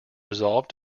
resolve